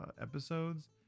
episodes